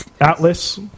Atlas